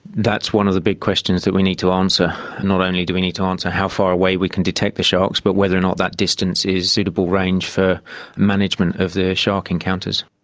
that's one of the big questions that we need to answer, and not only do we need to answer how far away we can detect the sharks but whether or not that distance is suitable range for management of the shark encounters.